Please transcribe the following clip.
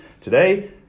today